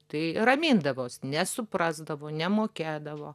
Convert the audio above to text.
tai ramindavos nesuprasdavo nemokėdavo